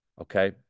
okay